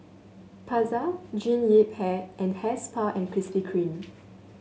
Pasar Jean Yip Hair and Hair Spa and Krispy Kreme